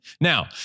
now